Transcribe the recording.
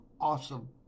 awesome